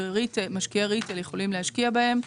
ומשקיעי ריטייל יכולים להשקיע בהם.